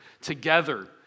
together